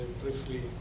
briefly